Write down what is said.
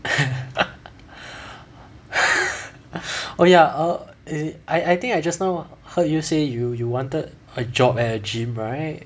oh ya err eh I I think I just now heard you say you you wanted a job at a gym right